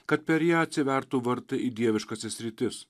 kad per ją atsivertų vartai į dieviškąsias sritis